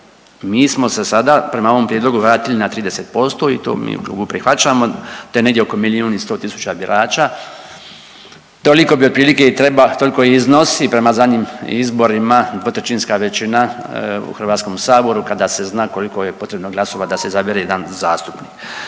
Mi smo se sada prema ovom prijedlogu vratili na 30% i to mi u klubu prihvaćamo. To je negdje oko milijun i 100 tisuća birača toliko bi otprilike i treba, toliko i iznosi prema zadnjim izborima 2/3 većina u Hrvatskom saboru kada se zna koliko je potrebno glasova da se izabere jedan zastupnik.